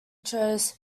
chose